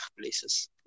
places